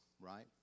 right